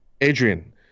Adrian